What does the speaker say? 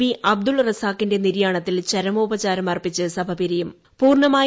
B Abdul റസാഖിന്റെ നിര്യാണത്തിൽ ചരമോപചാരം അർപ്പിച്ച് സഭ പിരിയും